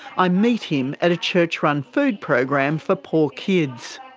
i meet him at a church-run food program for poor kids.